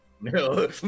No